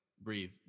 breathe